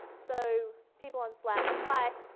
so people on slack, hi,